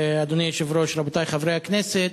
אדוני היושב-ראש, רבותי חברי הכנסת,